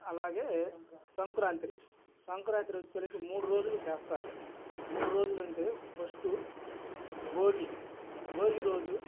అలాగే సంక్రాంతి సంక్రాంతి వచ్చేసరికి మూడు రోజులు చేస్తారు మూడు రోజులుంటే ఫస్ట్ భోగి భోగి రోజు